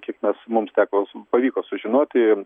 kiek mes mums teko su pavyko sužinoti